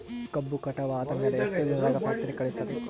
ಕಬ್ಬು ಕಟಾವ ಆದ ಮ್ಯಾಲೆ ಎಷ್ಟು ದಿನದಾಗ ಫ್ಯಾಕ್ಟರಿ ಕಳುಹಿಸಬೇಕು?